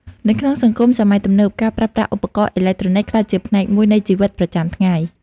នៅក្នុងសង្គមសម័យទំនើប ការប្រើប្រាស់ឧបករណ៍អេឡិចត្រូនិចក្លាយជាផ្នែកមួយនៃជីវិតប្រចាំថ្ងៃ។